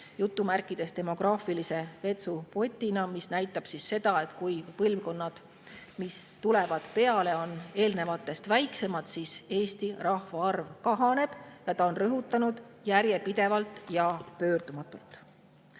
sõnu "demograafilise vetsupoti" kohta, [millega ta tahtis öelda], et kui põlvkonnad, mis tulevad peale, on eelnevatest väiksemad, siis Eesti rahvaarv kahaneb, nagu ta on rõhutanud, järjepidevalt ja pöördumatult.